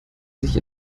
sich